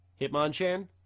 Hitmonchan